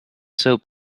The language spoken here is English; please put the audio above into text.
soap